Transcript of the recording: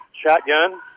shotgun